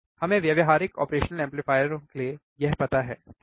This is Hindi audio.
हमें व्यावहारिक ऑपरेशनल एम्पलीफायरों के लिए यह पता है ठीक है